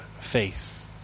face